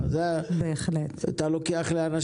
מעשים.